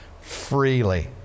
freely